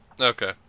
okay